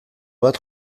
bat